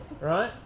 right